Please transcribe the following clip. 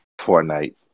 Fortnite